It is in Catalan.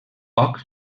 poc